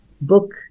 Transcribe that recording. book